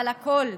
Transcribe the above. אבל הכול,